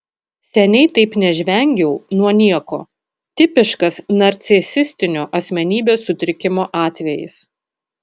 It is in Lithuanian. seniai taip nežvengiau nuo nieko tipiškas narcisistinio asmenybės sutrikimo atvejis